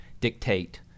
dictate